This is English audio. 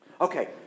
Okay